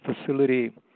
facility